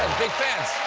big fans.